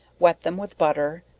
wet them with butter,